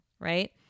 right